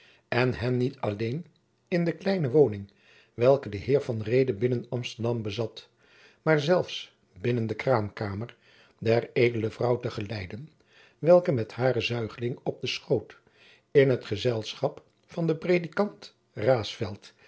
en hen niet alleen in de kleine woning welke de heer van reede binnen amsterdam bezat maar zelfs binnen de kraamkamer der edele vrouw te geleiden welke met haren zuigeling op den schoot in t gezelschap van den predikant